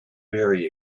very